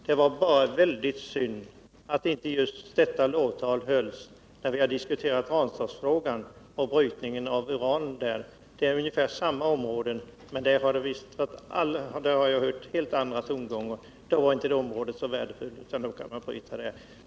Det var bara synd att inte detta lovtal hördes när vi diskuterade frågan om brytning av uran i Ranstad. Då gällde det ungefär samma område, men den gången hörde jag helt andra tongångar. Då var inte området så värdefullt utan passade bra för brytning.